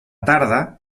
tarda